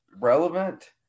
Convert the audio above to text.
relevant